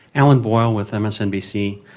alan boyle with msnbc.